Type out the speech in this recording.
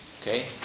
Okay